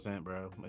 bro